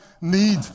need